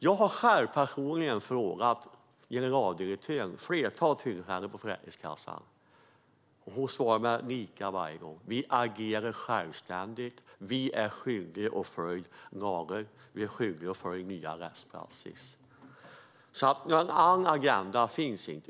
Jag har personligen vid ett flertal tillfällen frågat generaldirektören för Försäkringskassan, och hon svarar likadant varje gång: Vi agerar självständigt, och vi är skyldiga att följa lagar och ny rättspraxis. Någon annan agenda finns inte.